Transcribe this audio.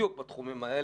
בדיוק בתחומים האלה.